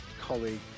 colleague